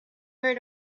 heard